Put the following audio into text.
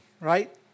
right